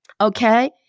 Okay